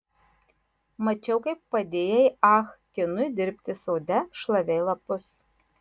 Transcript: mačiau kaip padėjai ah kinui dirbti sode šlavei lapus